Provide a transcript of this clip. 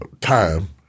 time